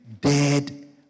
dead